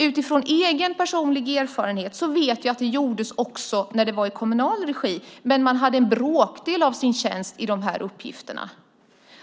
Utifrån egen personlig erfarenhet vet jag att det gjordes också när detta var i kommunal regi, men man hade en bråkdel av sin tjänst till de här uppgifterna.